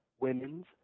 women's